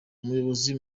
umuyobozi